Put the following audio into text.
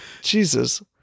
Jesus